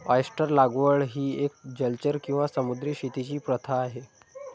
oyster लागवड ही एक जलचर किंवा समुद्री शेतीची प्रथा आहे